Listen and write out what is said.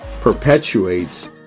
perpetuates